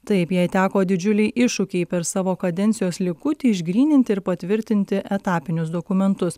taip jai teko didžiuliai iššūkiai per savo kadencijos likutį išgryninti ir patvirtinti etapinius dokumentus